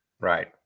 right